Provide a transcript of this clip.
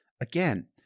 Again